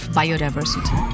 biodiversity